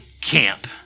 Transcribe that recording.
camp